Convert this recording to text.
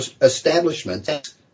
establishments